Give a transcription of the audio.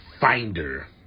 finder